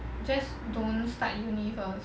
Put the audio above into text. just don't start uni first